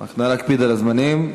נא להקפיד על הזמנים.